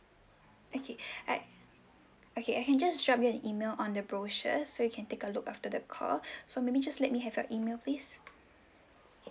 okay I okay I can just drop you an email on the brochure so you can take a look after the call so maybe you just let me have your email please